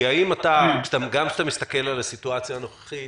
כי גם כשאתה מסתכל על הסיטואציה הנוכחית